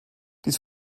dies